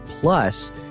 Plus